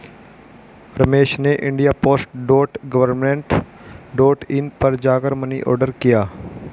रमेश ने India post dot government dot in पर जा कर मनी ऑर्डर किया